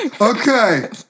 Okay